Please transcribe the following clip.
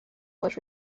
was